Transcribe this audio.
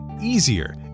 easier